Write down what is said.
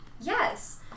Yes